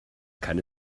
keine